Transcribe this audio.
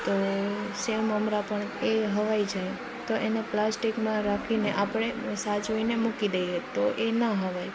તો સેવ મમરા પણ એ હવાઈ જાય તો એને પ્લાસ્ટિકમાં રાખીને આપણે સાચવીને મૂકી દઈએ તો એ ના હવાય